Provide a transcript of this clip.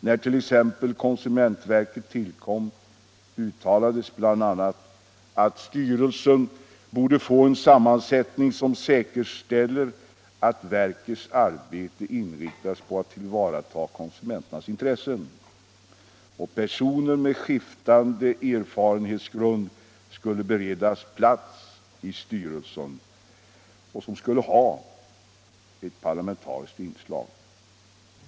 När t.ex. konsumentverket tillkom uttalades bl.a. att styrelsen borde få en sammansättning som säkerställer att verkets arbete inriktas på att tillvarata konsumenternas intressen och personer med skiftande erfarenhetsgrund skulle beredas plats i styrelsen, som skulle ha ett parlamentariskt inslag.